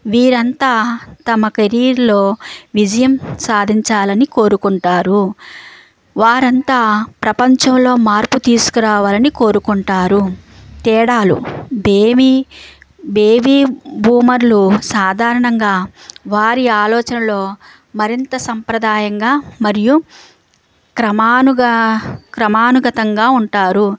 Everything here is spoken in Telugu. వీరంతా తమ కెరీర్లో విజయం సాధించాలని కోరుకుంటారు వారంతా ప్రపంచంలో మార్పు తీసుకురావాలని కోరుకుంటారు తేడాలు బేబీ బేబీ బూమర్లు సాధారణంగా వారి ఆలోచనలో మరింత సంప్రదాయంగా మరియు క్రమానుగా క్రమానుగతంగా ఉంటారు